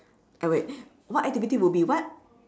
eh wait what activity would be what